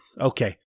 okay